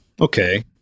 okay